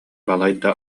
балайда